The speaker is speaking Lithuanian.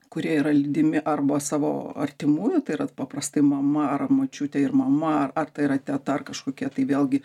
kurie yra lydimi arba savo artimųjų tai yra paprastai mama ar močiutė ir mama ar tai yra teta ar kažkokie tai vėlgi